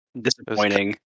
Disappointing